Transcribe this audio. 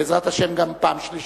בעזרת השם גם פעם שלישית,